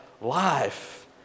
life